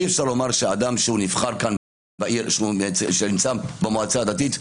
אי אפשר לומר שאדם שנמצא במועצה הדתית,